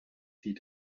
lied